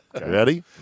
Ready